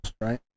right